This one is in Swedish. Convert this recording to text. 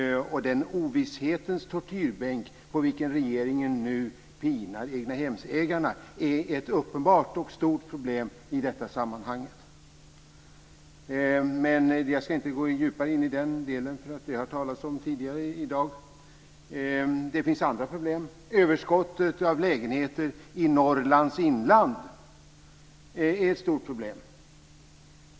Den ovisshetens tortyrbänk på vilken regeringen nu pinar egnahemsägarna är ett uppenbart och stort problem i detta sammanhang. Jag ska inte gå djupare in i den delen, för det har det talats om tidigare i dag. Det finns andra problem. Överskottet av lägenheter i Norrlands inland är ett stort problem.